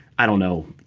i don't know.